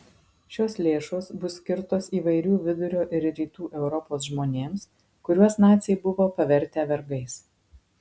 šios lėšos bus skirtos įvairių vidurio ir rytų europos žmonėms kuriuos naciai buvo pavertę vergais